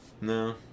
No